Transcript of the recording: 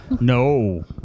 No